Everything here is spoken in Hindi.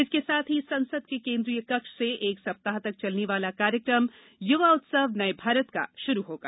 इसके साथ ही संसद के केन्द्रीय कक्ष से एक सप्ताह तक चलने वाला कार्यक्रम युवा उत्सव नये भारत का शुरू होगा